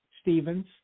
Stevens